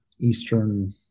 Eastern